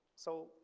so,